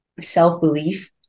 self-belief